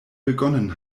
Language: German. begonnen